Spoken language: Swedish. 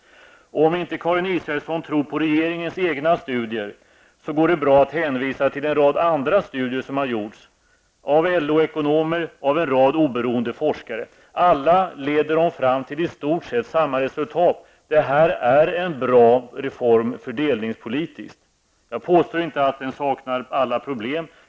Om inte Karin Israelsson tror på regeringens egna studier, så går det bra att hänvisa till en rad andra studier som har gjorts -- av LO-ekonomer, av en rad oberoende forskare. Alla leder de fram till i stort sett samma resultat. Det är en fördelningspolitiskt bra reform. Jag påstår inte att reformen är utan varje problem.